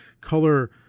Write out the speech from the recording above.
color